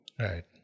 right